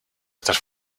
estas